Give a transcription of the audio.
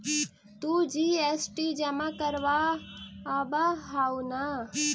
तु जी.एस.टी जमा करवाब हहु न?